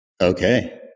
Okay